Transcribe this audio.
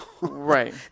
Right